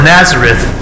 Nazareth